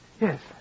Yes